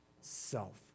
self